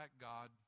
God